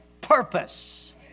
purpose